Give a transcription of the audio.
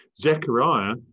Zechariah